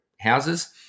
houses